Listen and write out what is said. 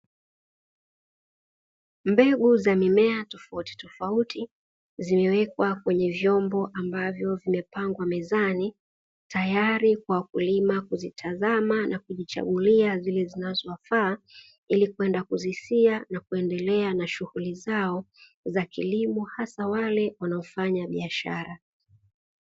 Mbegu za mimea tofautitofauti zimekwa kwenye vyombo ambavyo vimepangwa mezani tayari kwa wakulima kuzitazama na kujichagliua zile zinazowafaa ili kwenda kuzisia na kuendelea na shughuli zao za kilimo hasa wale wanaofanya biashara.